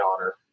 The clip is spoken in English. honor